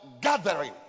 gathering